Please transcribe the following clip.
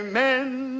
Amen